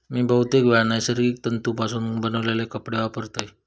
मी बहुतेकवेळा नैसर्गिक तंतुपासून बनवलेले कपडे वापरतय